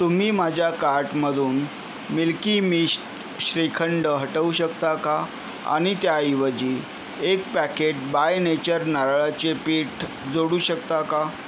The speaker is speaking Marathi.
तुम्ही माझ्या कार्टमधून मिल्की मिस्ट श्रीखंड हटवू शकता का आणि त्याऐवजी एक पॅकेट बाय नेचर नारळाचे पीठ जोडू शकता का